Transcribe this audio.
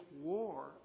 war